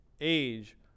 age